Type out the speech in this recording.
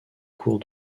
cours